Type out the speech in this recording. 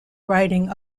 writing